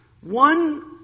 One